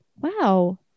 Wow